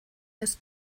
ist